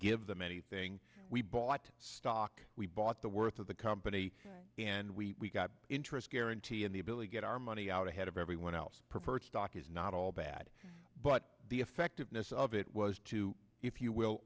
give them anything we bought stock we bought the worth of the company and we got interest guarantee and the ability get our money out ahead of everyone else preferred stock is not all bad but the effectiveness of it was to if you will